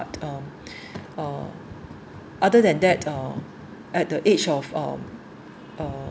um uh other than that uh at the age of uh uh